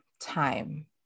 time